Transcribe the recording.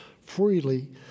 freely